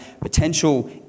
potential